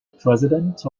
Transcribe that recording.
president